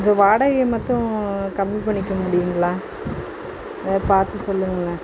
கொஞ்சம் வாடகையை மட்டும் கம்மி பண்ணிக்க முடியும்ங்ளா எதாவது பார்த்து சொல்லுங்களேன்